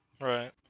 Right